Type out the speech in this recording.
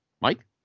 Mike